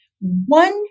One